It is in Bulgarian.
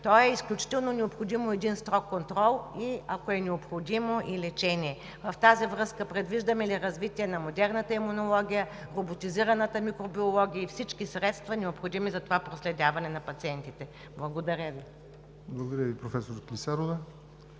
клетки е необходим строг контрол, и ако е необходимо – и лечение, в тази връзка предвиждате ли развитие на модерната имунология, роботизираната микробиология и всички средства, необходими за това проследяване на пациентите? Благодаря Ви. ПРЕДСЕДАТЕЛ ЯВОР НОТЕВ: Благодаря Ви, професор Клисарова.